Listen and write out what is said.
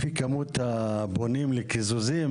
לפי כמות הפונים לקיזוזים,